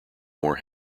war